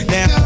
Now